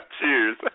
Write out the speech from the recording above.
Cheers